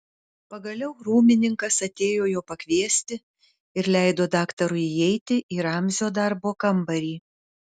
pagaliau rūmininkas atėjo jo pakviesti ir leido daktarui įeiti į ramzio darbo kambarį